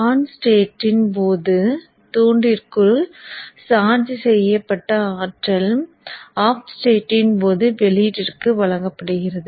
on ஸ்டேட்டின் போது தூண்டிக்குள் சார்ஜ் செய்யப்பட்ட ஆற்றல் ஆஃப் ஸ்டேட்டின் போது வெளியீட்டிற்கு வழங்கப்படுகிறது